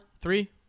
three